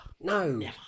No